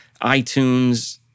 iTunes